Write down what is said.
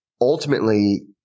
ultimately